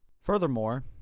Furthermore